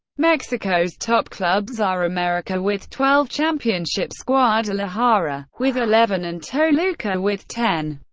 mexico's top clubs are america with twelve championships, guadalajara with eleven, and toluca with ten.